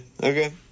okay